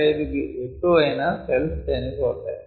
5 కు ఎక్కువైనా సెల్స్ చనిపోతాయి